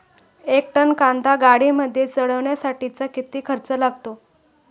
एक टन कांदा गाडीमध्ये चढवण्यासाठीचा किती खर्च आहे?